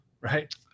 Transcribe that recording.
right